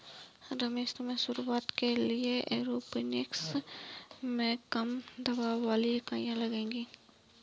रमेश तुम्हें शुरुआत के लिए एरोपोनिक्स में कम दबाव वाली इकाइयां लगेगी